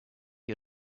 you